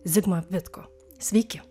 zigmą vitkų sveiki